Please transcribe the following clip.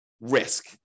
risk